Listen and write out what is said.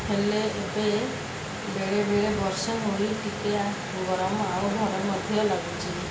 ହେଲେ ଏବେ ବେଳେବେଳେ ବର୍ଷା ହୋଇ ଟିକିଏ ଗରମ ଆଉ ଘରେ ମଧ୍ୟ ଲାଗୁଛି